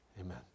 Amen